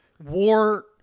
War